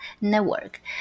network